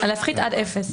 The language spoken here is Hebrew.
להפחית עד אפס.